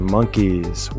Monkeys